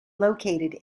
located